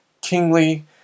kingly